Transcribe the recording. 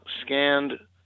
scanned